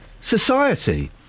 society